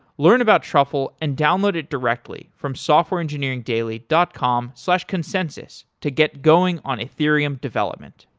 learn about truffle and download it directly from softwareengineeringdaily dot com slash consensys to get going on ethereum development.